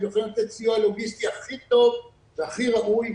הם יכולים לתת סיוע לוגיסטי הכי טוב והכי ראוי,